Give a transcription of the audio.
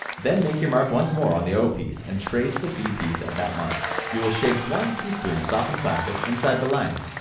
then make your mark once more on the o piece and trace the b piece at that mark. you will shape one tsp and of softened plastic inside the lines,